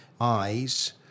eyes